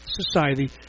society